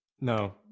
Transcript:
No